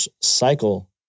cycle